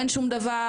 אין שום דבר,